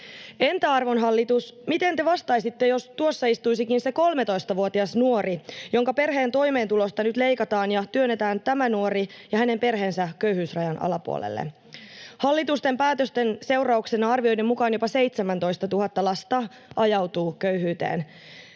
Entä, arvon hallitus, miten te vastaisitte, jos tuossa istuisikin se 13-vuotias nuori, jonka perheen toimeentulosta nyt leikataan ja työnnetään tämä nuori ja hänen perheensä köyhyysrajan alapuolelle? Hallituksen päätösten seurauksena arvioiden mukaan jopa 17 000 lasta ajautuu köyhyyteen.